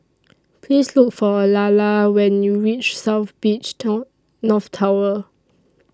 Please Look For Lalla when YOU REACH South Beach Town North Tower